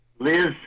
Liz